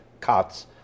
cots